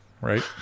Right